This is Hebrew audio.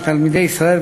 לתלמידי ישראל,